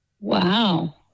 Wow